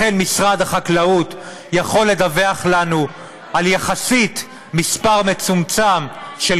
לכן משרד החקלאות יכול לדווח לנו על מספר מצומצם יחסית,